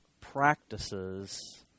practices